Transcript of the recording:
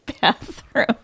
bathroom